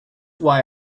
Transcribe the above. why